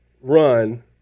run